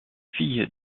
fille